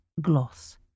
gloss